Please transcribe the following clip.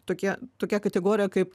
tokia tokia kategorija kaip